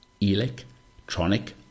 Electronic